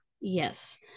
Yes